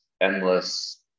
endless